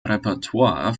repertoire